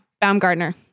Baumgartner